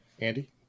Andy